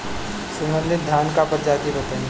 सुगन्धित धान क प्रजाति बताई?